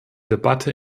debatte